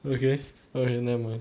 okay okay nevermind